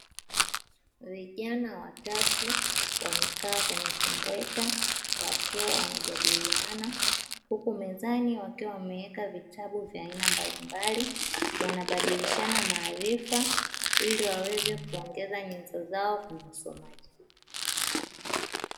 Vijana watatu wamekaa kwenye kimbweta wakiwa wanajadiliana, huku mezani wakiwa wameweka vitabu vya aina mbalimbali wanabadilishana maarifa, ili waweze kuongeza nyenzo zao kwenye masomaji.